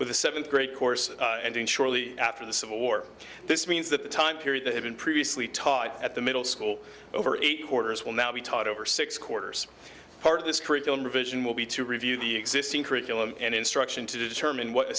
with the seventh great course ending shortly after the civil war this means that the time period that have been previously taught at the middle school over eight hoarders will now be taught over six quarters part of this curriculum revision will be to review the existing curriculum and instruction to determine what